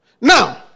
Now